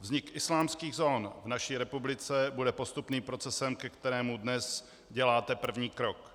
Vznik islámských zón v naší republice bude postupným procesem, ke kterému dnes děláte první krok.